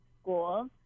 school